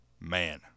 Man